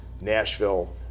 Nashville